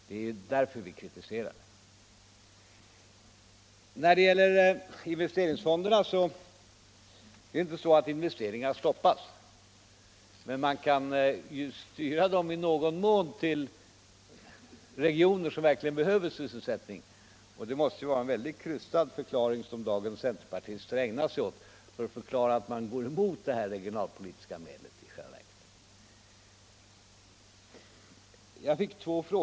Det är därför vi kritiserar åtgärden. När det gäller investeringsfonderna vill jag säga att det inte är så att investeringarna stoppas. Men man kan i någon mån styra dem till regioner som verkligen behöver sysselsättning. Centerpartisternas förklaring i dag till att de i själva verket går emot detta regionalpolitiska medel måste därför vara mycket krystad.